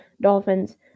Dolphins